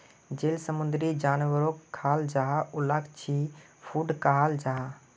जेल समुंदरी जानवरोक खाल जाहा उलाक सी फ़ूड कहाल जाहा